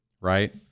Right